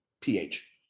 pH